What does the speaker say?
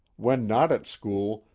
when not at school,